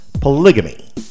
polygamy